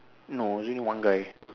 no is only one guy